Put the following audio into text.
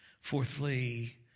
Fourthly